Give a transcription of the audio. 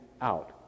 out